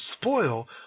spoil